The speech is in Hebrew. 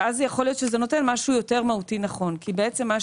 יכול להיות שזה נותן משהו יותר נכון מהותית.